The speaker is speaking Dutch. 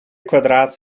kwadraat